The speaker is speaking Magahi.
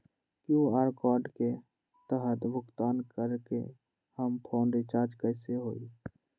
कियु.आर कोड के तहद भुगतान करके हम फोन रिचार्ज कैसे होई?